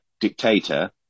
dictator